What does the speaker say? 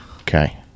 okay